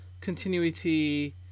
continuity